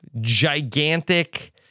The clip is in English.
gigantic